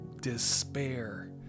despair